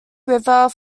river